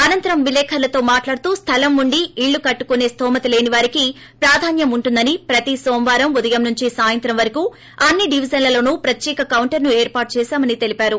అనంతరం విలేకర్లతో మాట్లాడుతూ స్లలం ఉండి ఇల్లు కట్లుకుసే న్లోమత లేని వారికి ప్రాధాన్వం ఉంటుందని ప్రతి సోమవారం ఉదయం నుంచి సాయంత్రం వరకూ అన్ని డివిజన్లలోనూ ప్రత్యేక కొంటర్ను ఏర్పాటు చేశామని తెలిపారు